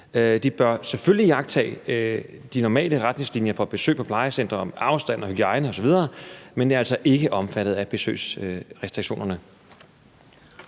her, selvfølgelig bør iagttage de normale retningslinjer for besøg på plejecentre vedrørende afstand og hygiejne osv., men de er altså ikke omfattet af besøgsrestriktionerne.